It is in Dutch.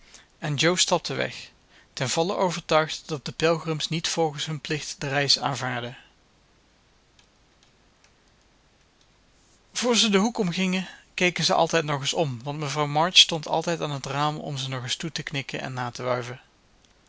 en jo stapte weg ten volle overtuigd dat de pelgrims niet volgens hun plicht de reis aanvaardden voor ze den hoek om gingen keken ze altijd nog eens om want mevrouw march stond altijd aan het raam om ze nog eens toe te knikken en na te wuiven